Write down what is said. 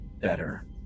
better